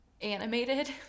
Animated